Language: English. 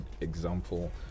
example